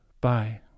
Bye